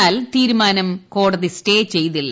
എന്നാൽ തീരുമാനം കോടതി സ്റ്റേ ചെയ്തില്ല